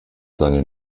seine